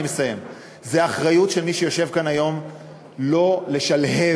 זו האחריות של מי שיושב כאן היום לא לשלהב,